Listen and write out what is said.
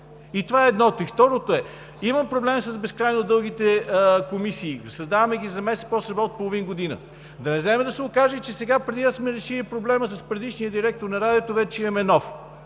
Това е едното. И второто е, че има проблем с безкрайно дългите комисии, създаваме ги за месец, после работят половин година. Да не вземе да се окаже, че сега – преди да сме решили проблема с предишния директор на радиото, вече имаме нов?